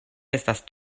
estas